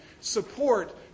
support